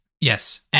Yes